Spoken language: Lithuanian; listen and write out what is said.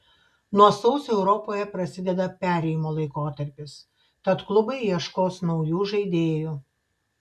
nuo sausio europoje prasideda perėjimo laikotarpis tad klubai ieškos naujų žaidėjų